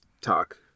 talk